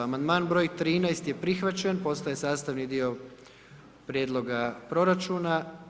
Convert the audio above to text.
Amandman broj 13., je prihvaćen, postaje sastavni dio Prijedloga proračuna.